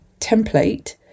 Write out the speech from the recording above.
template